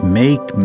make